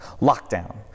Lockdown